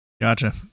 Gotcha